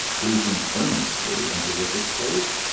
gazing earnestly into ricketts' face.